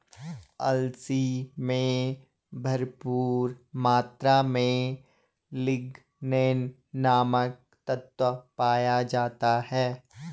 अलसी में भरपूर मात्रा में लिगनेन नामक तत्व पाया जाता है